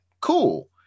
cool